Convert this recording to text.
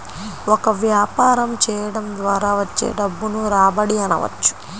ఒక వ్యాపారం చేయడం ద్వారా వచ్చే డబ్బును రాబడి అనవచ్చు